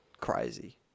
crazy